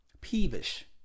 peevish